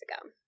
ago